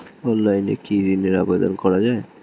অনলাইনে কি ঋণের আবেদন করা যায়?